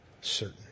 Certain